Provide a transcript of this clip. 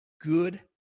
good